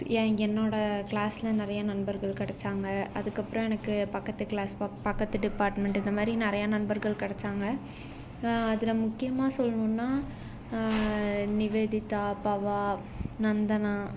என் என்னோட க்ளாஸ்ல நிறையா நண்பர்கள் கிடைச்சாங்க அதுக்கப்புறம் எனக்கு பக்கத்து க்ளாஸ் ப பக்கத்து டிபார்ட்மெண்ட் இந்த மாதிரி நிறையா நண்பர்கள் கிடைச்சாங்க அதில் முக்கியமாக சொல்லணுன்னா நிவேதித்தா பவா நந்தனா